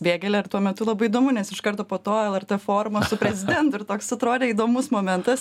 vėgėlę ir tuo metu labai įdomu nes iš karto po to lrt forumas su prezidentu ir toks atrodė įdomus momentas